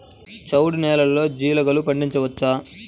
చవుడు నేలలో జీలగలు పండించవచ్చా?